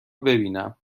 ببینم